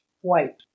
white